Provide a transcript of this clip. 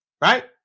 right